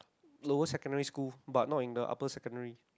lower secondary school but not in the upper secondary